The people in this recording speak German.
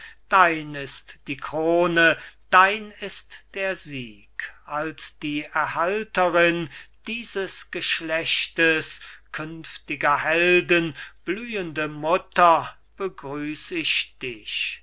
dein ist die krone dein ist der sieg als die erhalterin dieses geschlechtes künftiger helden blühende mutter begrüß ich dich